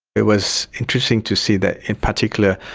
it was interesting to see that, in particular,